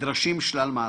נדרשים שלל מהלכים".